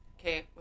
Okay